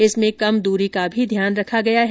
इसमें कम दूरी का भी ध्यान रखा गया है